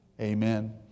Amen